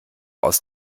aus